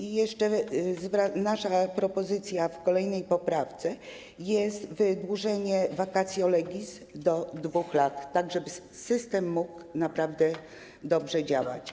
I jeszcze naszą propozycją w kolejnej poprawce jest wydłużenie vacatio legis do 2 lat, tak żeby system mógł naprawdę dobrze działać.